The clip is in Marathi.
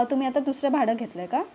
तुम्ही आता दुसरं भाडं घेतलं आहे का